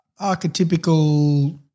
archetypical